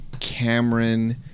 Cameron